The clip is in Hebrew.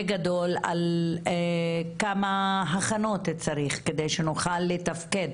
די גדול על כמה הכנות צריך כדי שנוכל לתפקד